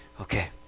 okay